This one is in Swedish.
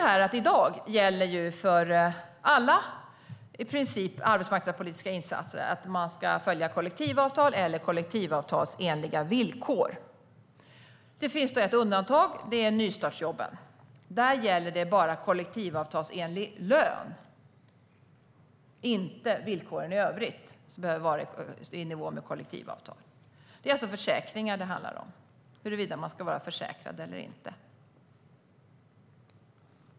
I dag gäller för i princip alla arbetsmarknadspolitiska insatser att man ska följa kollektivavtal eller kollektivavtalsenliga villkor. Det finns ett undantag, och det är nystartsjobben. Där gäller bara kollektivavtalsenlig lön. Villkoren i övrigt behöver inte vara i nivå med kollektivavtal. Det är försäkringar det handlar om, alltså huruvida man ska vara försäkrad eller inte.